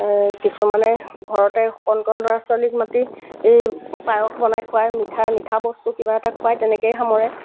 কিছুমানে ঘৰতে কণ কণ ল'ৰা ছোৱালীক মাতি পায়স বনাই খুৱায় মিঠাই মিঠা বস্তু কিবা এটা খুৱায় তেনেকৈয়ে সামৰে